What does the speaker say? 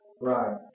Right